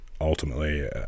ultimately